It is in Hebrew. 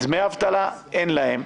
דמי אבטלה אין להם.